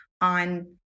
on